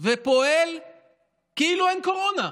ופועל כאילו אין קורונה,